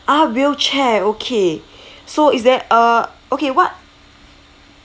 ah wheelchair okay so is there uh okay what